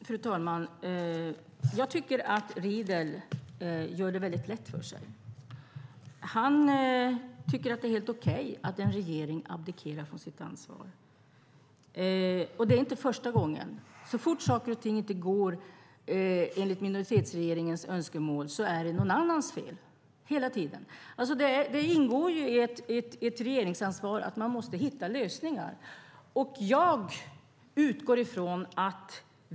Fru talman! Jag tycker att Riedl gör det väldigt lätt för sig. Han tycker att det är helt okej att en regering abdikerar från sitt ansvar, och det är inte första gången. Så fort saker och ting inte går enligt minoritetsregeringens önskemål är det någon annans fel - hela tiden. Det ingår ju i ett regeringsansvar att man måste hitta lösningar.